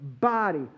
body